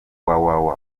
www